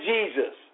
Jesus